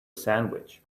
sandwich